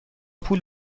پول